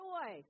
Joy